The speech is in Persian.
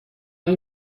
این